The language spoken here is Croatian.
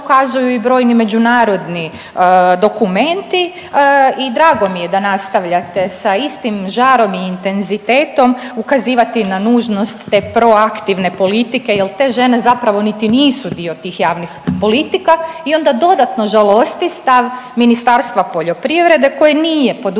na što ukazuju i brojni međunarodni dokumenti i drago mi je da nastavljate sa istim žarom i intenzitetom ukazivati na nužnost te proaktivne politike jel te žene zapravo niti nisu dio tih javnih politika i onda dodatno žalosti stav Ministarstva poljoprivrede koji nije poduzimalo